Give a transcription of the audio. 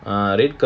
ah இருக்கும்:irukkum